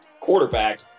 quarterback